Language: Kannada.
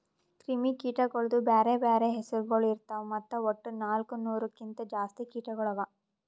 ಕ್ರಿಮಿ ಕೀಟಗೊಳ್ದು ಬ್ಯಾರೆ ಬ್ಯಾರೆ ಹೆಸುರಗೊಳ್ ಇರ್ತಾವ್ ಮತ್ತ ವಟ್ಟ ನಾಲ್ಕು ನೂರು ಕಿಂತ್ ಜಾಸ್ತಿ ಕೀಟಗೊಳ್ ಅವಾ